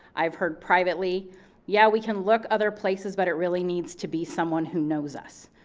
i've heard privately yeah, we can look other places, but it really needs to be someone who knows us,